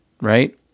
right